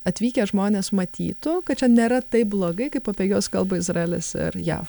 atvykę žmonės matytų kad čia nėra taip blogai kaip apie juos kalba izraelis ir jav